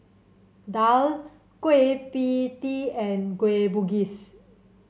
daal Kueh Pie Tee and Kueh Bugis